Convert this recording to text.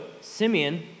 Simeon